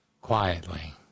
Quietly